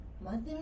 mother